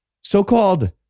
so-called